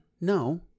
No